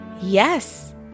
Yes